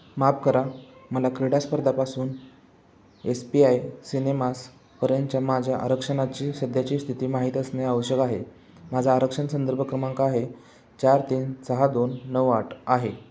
माफ करा मला क्रीडा स्पर्धापासून एस पी आय सिनेमास पर्यंतच्या माझ्या आरक्षणाची सध्याची स्थिती माहीत असणे आवश्यक आहे माझा आरक्षण संदर्भ क्रमांक आहे चार तीन सहा दोन नऊ आठ आहे